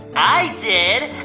i did.